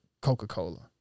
Coca-Cola